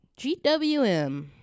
GWM